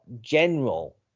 general